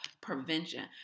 prevention